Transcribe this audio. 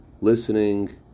Listening